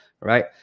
right